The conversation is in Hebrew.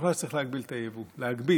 אני משוכנע שצריך להגביל את היבוא, להגביל,